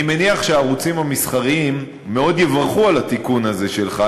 אני מניח שהערוצים המסחריים מאוד יברכו על התיקון הזה שלך,